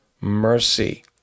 mercy